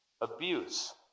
abuse